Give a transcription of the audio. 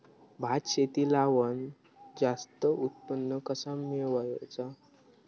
भात शेती लावण जास्त उत्पन्न कसा मेळवचा?